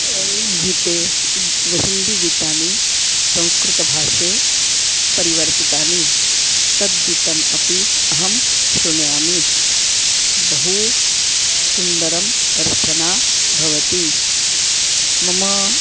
गीते व हिन्दीगीतानि संस्कृतभाषे परिवर्तितानि तद्गीतम् अपि अहं शृणुयामि बहु सुन्दरं रचना भवति मम